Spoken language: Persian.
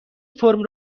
فرم